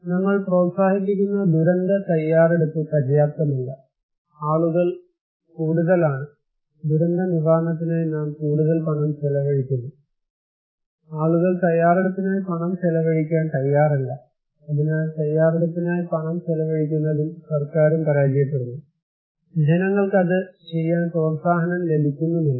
അതിനാൽ നമ്മൾ പ്രോത്സാഹിപ്പിക്കുന്ന ദുരന്ത തയ്യാറെടുപ്പ് പര്യാപ്തമല്ല ആളുകൾ കൂടുതലാണ് ദുരന്തനിവാരണത്തിനായി നാം കൂടുതൽ പണം ചെലവഴിക്കുന്നു ആളുകൾ തയ്യാറെടുപ്പിനായി പണം ചെലവഴിക്കാൻ തയ്യാറല്ല അതിനാൽ തയ്യാറെടുപ്പിനായി പണം ചെലവഴിക്കുന്നതിൽ സർക്കാരും പരാജയപ്പെടുന്നു ജനങ്ങൾക്ക് അത് ചെയ്യാൻ പ്രോത്സാഹനം ലഭിക്കുന്നുമില്ല